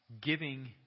giving